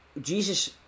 Jesus